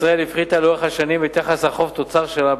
ישראל הפחיתה לאורך השנים את יחס החוב תוצר שלה,